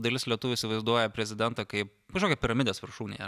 dalis lietuvių įsivaizduoja prezidentą kaip kažkokį piramidės viršūnėje